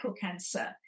cancer